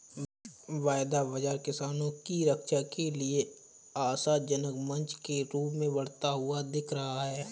वायदा बाजार किसानों की रक्षा के लिए आशाजनक मंच के रूप में बढ़ता हुआ दिख रहा है